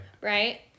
right